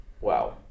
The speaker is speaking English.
Wow